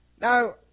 Now